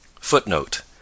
Footnote